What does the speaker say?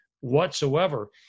whatsoever